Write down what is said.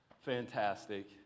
fantastic